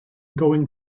going